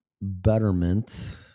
betterment